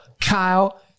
Kyle